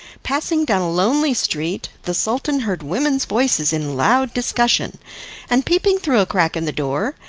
passing down a lonely street, the sultan heard women's voices in loud discussion and peeping through a crack in the door,